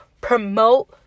promote